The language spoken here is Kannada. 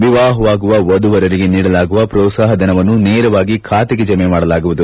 ವಿವಾಹವಾಗುವ ವಧುವರಿಗೆ ನೀಡಲಾಗುವ ಪ್ರೋತ್ಸಾಹಧನವನ್ನು ನೇರವಾಗಿ ಖಾತೆಗೆ ಜಮೆ ಮಾಡಲಾಗುವುದು